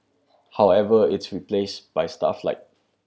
however it's replaced by stuff like